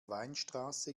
weinstraße